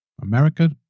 America